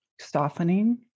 softening